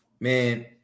Man